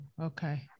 okay